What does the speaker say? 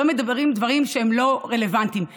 לא מדברים דברים שהם לא רלוונטיים,